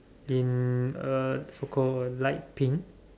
in a so call a light pink